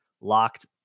Locked